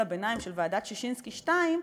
מסקנות הביניים של ועדת ששינסקי 2,